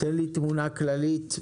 תן לי תמונה כללית,